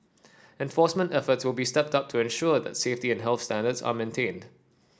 enforcement efforts will be stepped up to ensure that safety and health standards are maintained